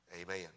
amen